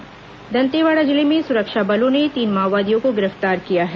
माओवादी गिरफ्तार दंतेवाड़ा जिले में सुरक्षा बलों ने तीन माओवादियों को गिरफ्तार किया है